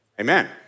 Amen